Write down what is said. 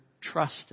trust